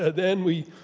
ah then we